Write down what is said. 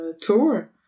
tour